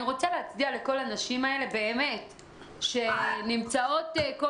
אני רוצה להצדיע לכל הנשים האלה שנמצאות כל